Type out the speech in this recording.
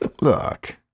look